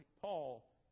Paul